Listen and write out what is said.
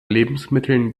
lebensmitteln